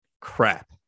Crap